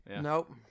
Nope